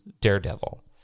Daredevil